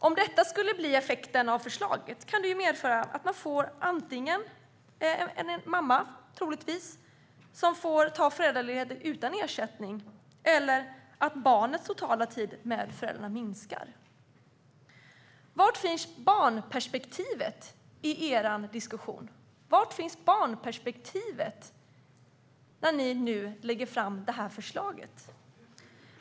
Om detta skulle bli effekten av förslaget kan det medföra antingen att en förälder, troligtvis en mamma, får ta föräldraledigt utan ersättning eller att barnets totala tid med föräldrarna minskar. Var finns barnperspektivet i er diskussion? Var finns barnperspektivet när ni nu lägger fram det här förslaget?